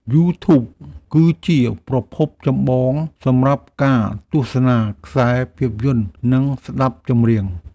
យូធូប គឺជាប្រភពចម្បងសម្រាប់ការទស្សនាខ្សែភាពយន្ត និងស្តាប់ចម្រៀង។